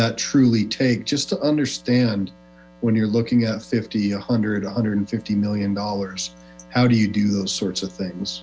that truly take just to understand when you're looking at fifty one hundred one hundred and fifty million dollars how do you do those sorts of things